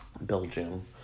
Belgium